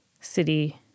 city